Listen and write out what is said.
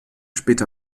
später